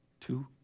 two